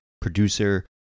producer